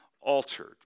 altered